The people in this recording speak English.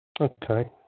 Okay